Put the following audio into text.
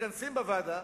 מתכנסים בוועדה,